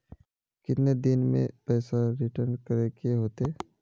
कितने दिन में पैसा रिटर्न करे के होते?